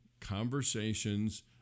conversations